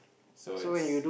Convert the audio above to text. so it's